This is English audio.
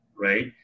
right